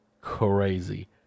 crazy